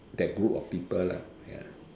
that group of people lah ya